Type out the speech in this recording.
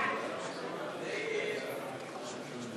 לסעיף תקציבי 40, משרד